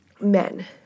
Men